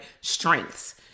strengths